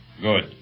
Good